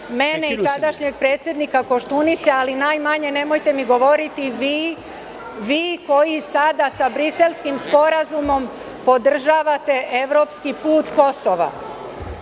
mene i tadašnjeg predsednika Koštunice, ali najmanje nemojte mi govoriti vi koji sada sa Briselskim sporazum podržavate evropski put Kosova.